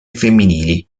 femminili